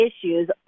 issues